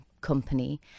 company